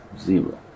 Zero